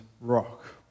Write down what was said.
rock